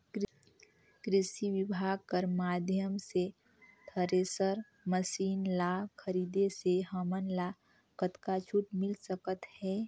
कृषि विभाग कर माध्यम से थरेसर मशीन ला खरीदे से हमन ला कतका छूट मिल सकत हे?